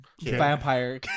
vampire